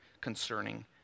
concerning